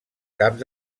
caps